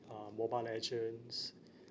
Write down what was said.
uh mobile legends